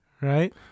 Right